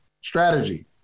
strategy